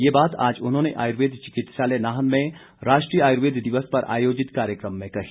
ये बात आज उन्होंने आयूर्वेद चिकित्सालय नाहन में राष्ट्रीय आयुर्वेद दिवस पर आयोजित कार्यकम में कही